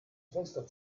fenster